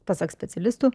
pasak specialistų